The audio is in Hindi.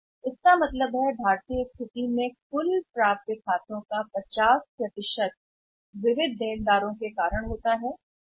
तो इसका मतलब है कुल खातों में से कुल प्राप्य खातों की कुल प्राप्ति भारतीय स्थिति में कहते हैं कि लगभग 50 खाते प्राप्य हैं क्योंकि कर्जदार कर्जदार हैं